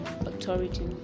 authority